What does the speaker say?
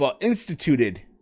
instituted